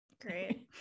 Great